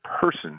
person